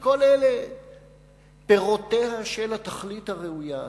כל אלה פירותיה של התכלית הראויה ההיא.